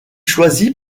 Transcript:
choisi